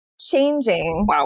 changing